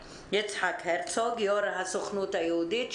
יו"ר הסוכנות היהודית,